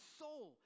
soul